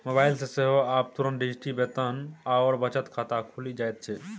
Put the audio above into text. mobile सँ सेहो आब तुरंत डिजिटल वेतन आओर बचत खाता खुलि जाइत छै